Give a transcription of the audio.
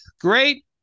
great